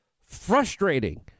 frustrating